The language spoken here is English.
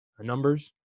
numbers